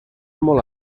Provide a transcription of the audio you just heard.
molt